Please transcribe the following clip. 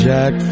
Jack